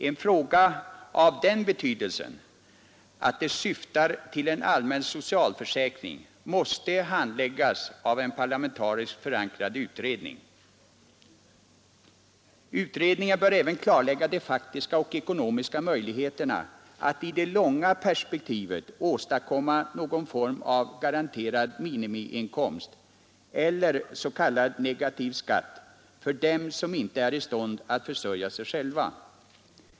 En fråga av den betydelsen att den syftar till en allmän socialförsäkring måste handläggas av en parlamentariskt förankrad utredning. Den utredningen bör även klarlägga de faktiska och ekonomiska möjligheterna att i det långa perspektivet åstadkomma någon form av garanterad minimiinkomst, eller s.k. negativ skatt, för dem som inte är i stånd att försörja sig själva.